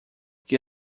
que